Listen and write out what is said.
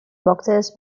boxes